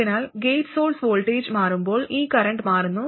അതിനാൽ gate source voltage മാറുമ്പോൾ ഈ കറന്റ് മാറുന്നു